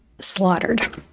slaughtered